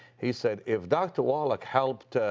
he said if dr. wallach helped